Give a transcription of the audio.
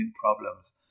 problems